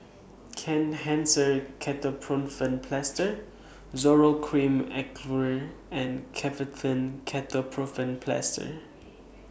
Kenhancer Ketoprofen Plaster Zoral Cream and Ketoprofen Plaster